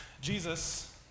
Jesus